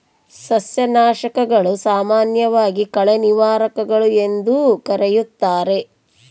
ಸಸ್ಯನಾಶಕಗಳು, ಸಾಮಾನ್ಯವಾಗಿ ಕಳೆ ನಿವಾರಕಗಳು ಎಂದೂ ಕರೆಯುತ್ತಾರೆ